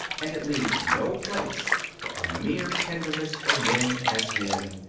and it leaves no place for a mere tenderness for men as men,